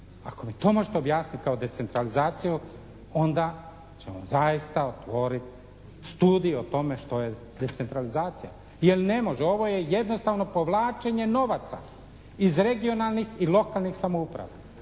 Ako mi to možete objasniti kao decentralizaciju onda ćemo zajedno otvoriti studiju o tome što je decentralizacija. Jer ne može, ovo je jednostavno povlačenje novaca iz regionalnih i lokalnih samouprava